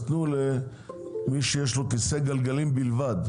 תנו למי שיש לו כיסא גלגלים בלבד.